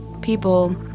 people